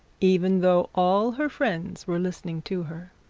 even though all her friends were listening to her.